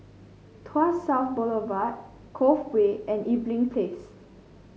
Tuas South Boulevard Cove Way and Irving Place